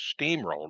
steamrolled